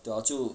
打好就